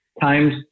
times